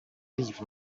leave